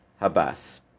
Habas